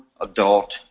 adult